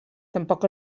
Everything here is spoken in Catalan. tampoc